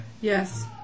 Yes